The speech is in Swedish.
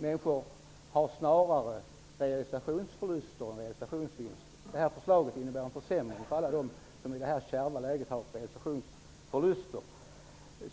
Människor har snarare gjort realisationsförluster än realisationsvinster. Det här förslaget innebär en försämring för alla dem som i det här kärva läget har gjort realisationsförluster.